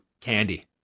candy